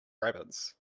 rabbits